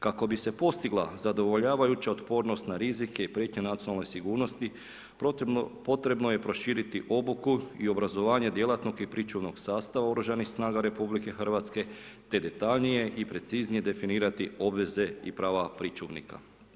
Kako bi se postigla zadovoljavajuća otpornost na rizike i … nacionalne sigurnosti potrebno je proširiti obuku i obrazovanje djelatnog i pričuvnog sastava oružanih snaga RH te detaljnije i preciznije definirati obveze i prava pričuvnika.